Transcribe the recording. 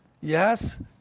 Yes